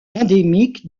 endémique